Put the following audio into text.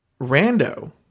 rando